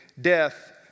death